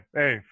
hey